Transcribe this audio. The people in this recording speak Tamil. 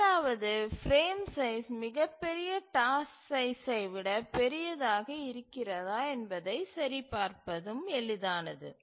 இரண்டாவதாக பிரேம் சைஸ் மிகப்பெரிய டாஸ்க் சைஸ்சை விடப் பெரியதாக இருக்கிறதா என்பதைச் சரி பார்ப்பதும் எளிதானது